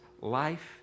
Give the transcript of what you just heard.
life